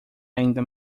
ainda